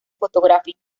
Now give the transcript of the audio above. fotográfica